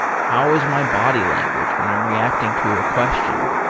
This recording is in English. how is my body language when i'm reacting to a question.